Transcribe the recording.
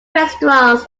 restaurants